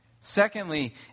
Secondly